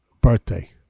birthday